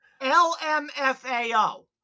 L-M-F-A-O